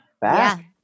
back